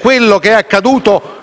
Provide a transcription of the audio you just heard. quanto è accaduto